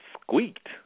squeaked